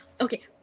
okay